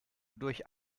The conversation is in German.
durch